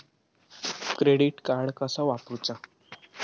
Credit card कसा वापरूचा?